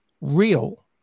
real